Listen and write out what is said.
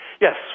Yes